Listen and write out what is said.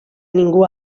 ningú